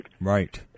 Right